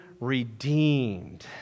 redeemed